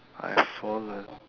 I have fallen